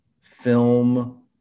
film